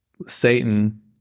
Satan